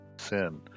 sin